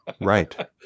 Right